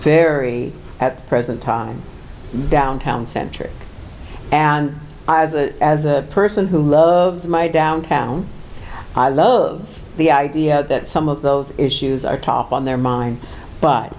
very at present time downtown center and as a person who loves my downtown i love the idea that some of those issues are top on their mind but